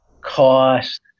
cost